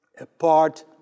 apart